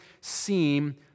seem